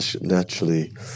naturally